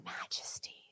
majesty